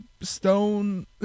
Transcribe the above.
stone